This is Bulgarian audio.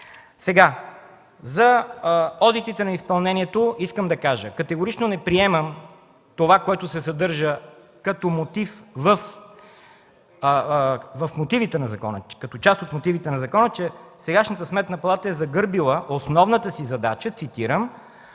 За одитите на изпълнението искам да кажа: категорично не приемам това, което се съдържа като част от мотивите на закона, че сегашната Сметна палата е загърбила основната си задача, цитирам: